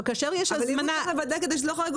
אבל כדי לוודא שזה לא חורג,